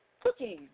Cooking